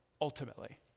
ultimately